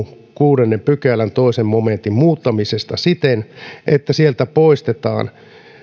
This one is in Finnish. kuudennen pykälän toisen momentin muuttamisesta siten että sieltä poistetaan